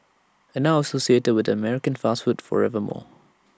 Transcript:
and now associated with an American fast food forever more